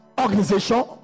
organization